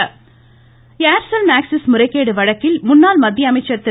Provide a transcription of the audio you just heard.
Aircel Aircel Maxis முறைகேடு வழக்கில் முன்னாள் மத்திய அமைச்சர் திரு